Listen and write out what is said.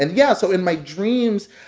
and yeah, so in my dreams,